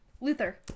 Luther